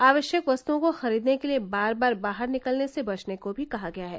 आवश्यक वस्तुओं को खरीदने के लिए बार बार बाहर निकलने से बचने को भी कहा गया है